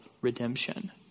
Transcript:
redemption